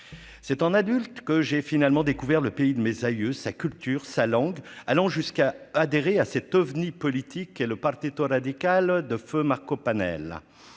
c'est un adulte que j'ai finalement découvert le pays de mes aïeux, sa culture, sa langue, allant jusqu'à adhérer à cet OVNI politique et le Partito radical de feu Marco panel